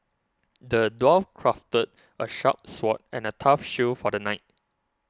the dwarf crafted a sharp sword and a tough shield for the knight